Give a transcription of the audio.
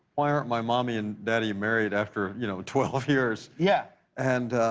why aren't my mommy and daddy married after you know twelve years? yeah and